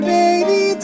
baby